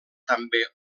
també